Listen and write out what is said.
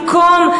במקום,